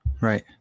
Right